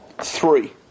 Three